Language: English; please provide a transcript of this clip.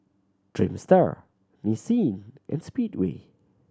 Dreamster Nissin and Speedway